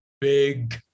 big